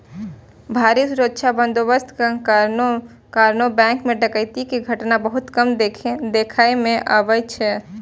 भारी सुरक्षा बंदोबस्तक कारणें बैंक मे डकैती के घटना बहुत कम देखै मे अबै छै